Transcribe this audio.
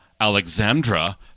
Alexandra